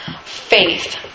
faith